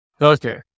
okay